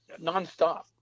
nonstop